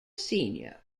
senior